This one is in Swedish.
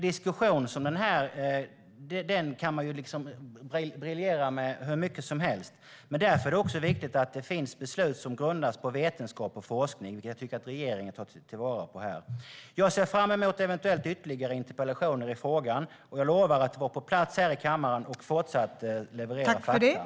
Man kan briljera hur mycket som helst i en diskussion som denna, men därför är det viktigt att det finns beslut som grundas på vetenskap och forskning. Jag tycker att regeringen tar vara på det. Jag ser fram emot eventuella ytterligare interpellationer i frågan, och jag lovar att vara på plats här i kammaren och fortsätta att leverera fakta.